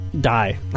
Die